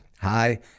Hi